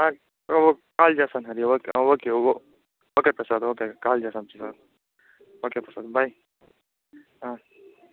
okay call చేస్తాను Hari okay okay okay Prasad okay call చేస్తాను okay Prasad by